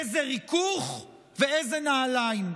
איזה ריכוך ואיזה נעליים.